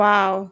Wow